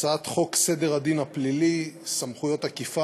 הצעת חוק סדר הדין הפלילי (סמכויות אכיפה,